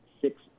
six